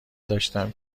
داشتم